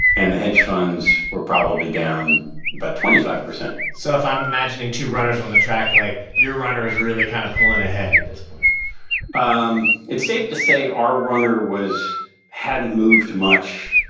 and the hedge funds were probably down about but twenty five percent so if i'm imagining two runners on the track, like, your runner is really kind of pulling ahead at this point um it's safe to say our runner was hadn't moved much.